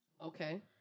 Okay